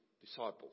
disciples